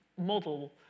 model